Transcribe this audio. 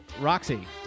Roxy